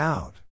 Out